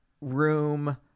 room